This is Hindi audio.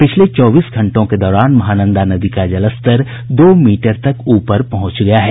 पिछले चौबीस घंटों के दौरान महानंदा नदी का जलस्तर दो मीटर तक ऊपर पहुंच गया है